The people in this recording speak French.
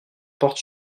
porte